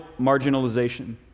marginalization